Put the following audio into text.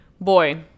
boy